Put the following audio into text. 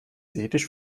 ethisch